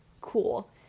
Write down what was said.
cool